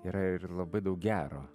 yra ir labai daug gero